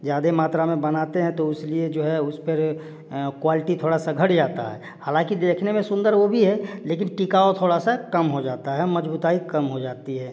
ज्यादा मात्रा में बनाते हैं तो उस लिए जो है उस पर क्वालटी थोड़ा सा घट जाता है हालाँकि देखने में सुंदर वो भी है लेकिन टिकाऊ थोड़ा सा कम हो जाता है मज़बूती कम हो जाती है